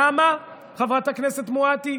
למה, חברת הכנסת מואטי?